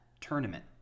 Tournament